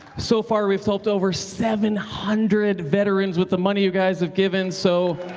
so far we've helped over seven hundred veterans with the money you guys have given, so